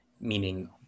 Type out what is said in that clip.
meaning